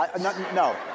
No